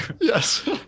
Yes